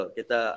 Kita